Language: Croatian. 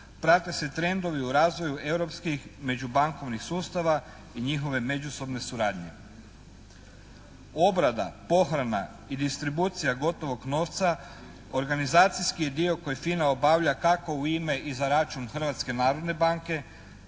prate se trendovi u razvoju europskih međubankovnih sustava i njihove međusobne suradnje. Obrada, pohrana i distribucija gotovog novca organizacijski je dio koji FINA obavlja kako u ime i za račun Hrvatske narodne banke